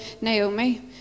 Naomi